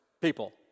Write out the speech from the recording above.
people